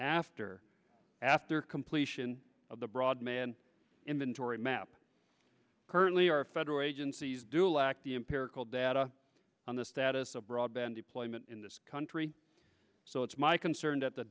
after after completion of the broad man inventory map currently our federal agencies do lack the empirical data on the status of broadband deployment in this country so it's my concern that the